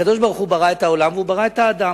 הקדוש-ברוך-הוא ברא את העולם והוא ברא את האדם.